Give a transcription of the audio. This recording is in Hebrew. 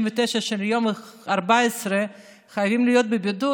של היום ה-14 חייבים להיות בבידוד,